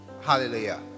Hallelujah